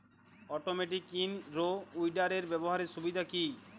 Automatic in row উইডারের ব্যবহারের সুবিধা কি?